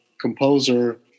composer